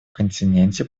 континенте